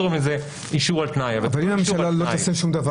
קוראים לזה אישור על תנאי --- אבל אם הממשלה לא תעשה שום דבר,